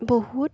বহুত